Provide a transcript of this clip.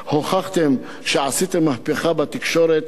הוכחתם שעשיתם מהפכה בתקשורת,